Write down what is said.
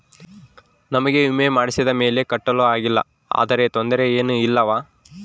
ನಮಗೆ ವಿಮೆ ಮಾಡಿಸಿದ ಮೇಲೆ ಕಟ್ಟಲು ಆಗಿಲ್ಲ ಆದರೆ ತೊಂದರೆ ಏನು ಇಲ್ಲವಾ?